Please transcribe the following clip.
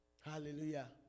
Hallelujah